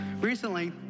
Recently